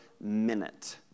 minute